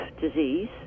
disease